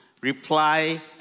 reply